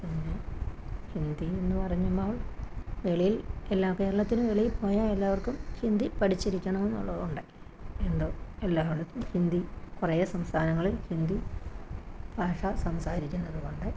പിന്നെ ഹിന്ദി എന്ന് പറഞ്ഞെന്നാൽ വെളിയിൽ എല്ലാ കേരളത്തിനു വെളിയിൽ പോയാല് എല്ലാവര്ക്കും ഹിന്ദി പഠിച്ചിരിക്കണമെന്നുള്ളതുകൊണ്ട് എന്തോ എല്ലായിടത്തും ഹിന്ദി കുറേ സംസ്ഥാനങ്ങളിൽ ഹിന്ദി ഭാഷ സംസാരിക്കുന്നതുകൊണ്ട്